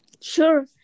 sure